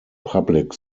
public